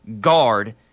guard